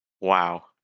Wow